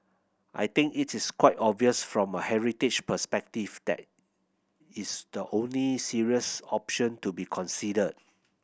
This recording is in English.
I think it is quite obvious from a heritage perspective that is the only serious option to be considered